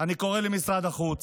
אני קורא למשרד החוץ,